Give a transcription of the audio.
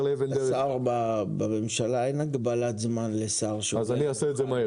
השר, בממשלה אין הגבלת זמן לשר שעולה.